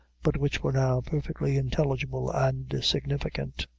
but which were now perfectly intelligible and significant.